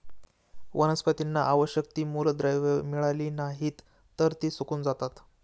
वनस्पतींना आवश्यक ती मूलद्रव्ये मिळाली नाहीत, तर ती सुकून जातात